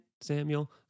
Samuel